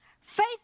Faith